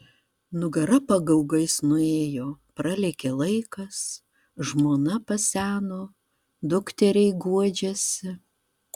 nugara pagaugais nuėjo pralėkė laikas žmona paseno dukteriai guodžiasi